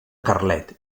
carlet